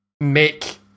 make